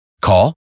Call